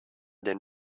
dem